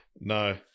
no